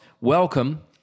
welcome